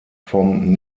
vom